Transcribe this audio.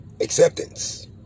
acceptance